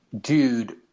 dude